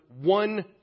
one